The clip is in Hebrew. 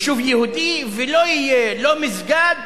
יישוב יהודי, ולא יהיה לא מסגד